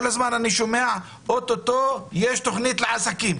כל הזמן אני שומע שאוטוטו יש תוכנית לעסקים,